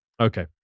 Okay